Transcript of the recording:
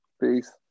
Peace